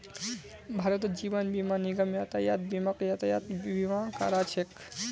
भारतत जीवन बीमा निगम यातायात बीमाक यातायात बीमा करा छेक